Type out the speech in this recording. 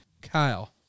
Kyle